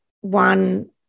One